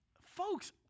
Folks